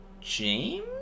james